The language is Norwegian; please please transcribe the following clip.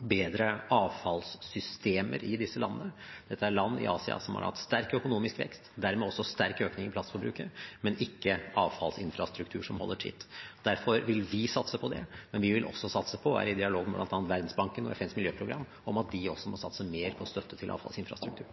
bedre avfallssystemer i disse landene. Dette er land i Asia som har hatt sterk økonomisk vekst og dermed også en sterk økning i plastforbruket, men ikke en avfallsinfrastruktur som holder tritt. Derfor vil vi satse på det, men vi vil også satse på å være i dialog med bl.a. Verdensbanken og FNs miljøprogram om at de også må satse mer på støtte til avfallsinfrastruktur.